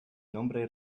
nombre